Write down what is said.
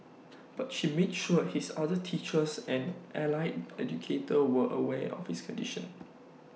but she made sure his other teachers and allied educator were aware of his condition